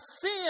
sin